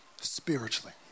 spiritually